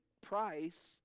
price